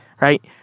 Right